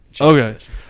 Okay